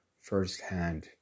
firsthand